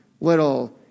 little